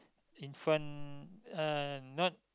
in front uh not